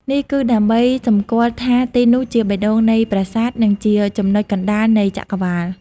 នេះគឺដើម្បីសម្គាល់ថាទីនោះជាបេះដូងនៃប្រាសាទ និងជាចំណុចកណ្ដាលនៃចក្រវាឡ។